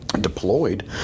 deployed